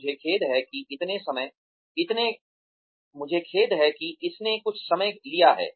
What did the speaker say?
मुझे खेद है कि इसने कुछ समय लिया है